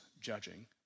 judging